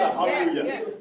Hallelujah